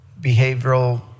behavioral